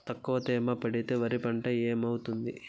తక్కువ తేమ పెడితే వరి పంట ఏమవుతుంది